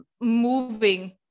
moving